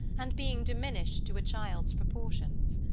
and being diminished to a child's proportions.